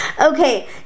Okay